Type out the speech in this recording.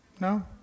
No